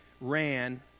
ran